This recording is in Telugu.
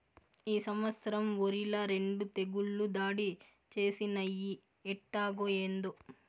ఈ సంవత్సరం ఒరిల రెండు తెగుళ్ళు దాడి చేసినయ్యి ఎట్టాగో, ఏందో